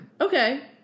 Okay